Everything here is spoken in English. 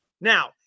Now